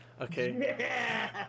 Okay